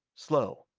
slow.